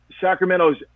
Sacramento's